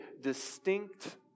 distinct